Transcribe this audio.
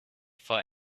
for